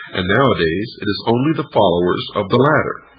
and nowadays it is only the followers of the latter